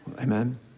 Amen